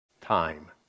time